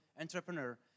entrepreneur